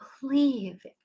believe